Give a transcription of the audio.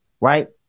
right